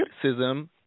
criticism